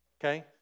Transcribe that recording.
okay